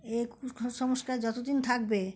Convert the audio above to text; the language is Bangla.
এই কুসংস্কার যতদিন থাকবে